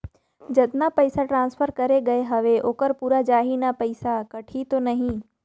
जतना पइसा ट्रांसफर करे गये हवे ओकर पूरा जाही न पइसा कटही तो नहीं?